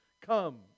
come